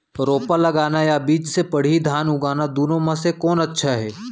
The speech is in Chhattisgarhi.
रोपा लगाना या बीज से पड़ही धान उगाना दुनो म से कोन अच्छा हे?